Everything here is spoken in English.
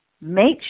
Make